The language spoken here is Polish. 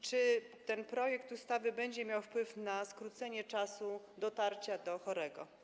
Czy ten projekt ustawy będzie miał wpływ na skrócenie czasu dotarcia do chorego?